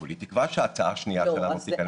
כולי תקווה שההצעה השנייה שלנו תיכנס לתוקף.